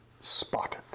spotted